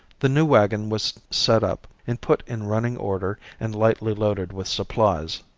the new wagon was set up and put in running order and lightly loaded with supplies.